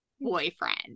boyfriend